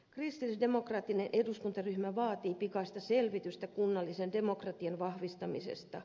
kristillisdemokraattinen eduskuntaryhmä vaatii pikaista selvitystä kunnallisen demokratian vahvistamisesta